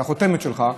את החותמת שלך,